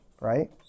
right